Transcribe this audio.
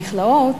המכלאות,